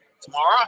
tomorrow